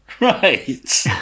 right